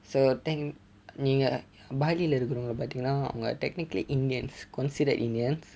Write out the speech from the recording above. so நீங்க:neenga bali லே இருக்குறவங்களே பாத்தீங்கன்னா:le irukkuravangale paatheenganna technically indians considered indians